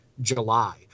july